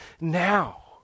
now